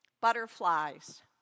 butterflies